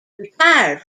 retired